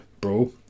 bro